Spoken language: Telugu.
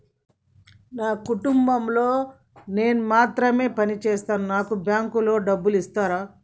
నా కుటుంబం లో నేను మాత్రమే పని చేస్తాను నాకు మీ బ్యాంకు లో డబ్బులు ఇస్తరా?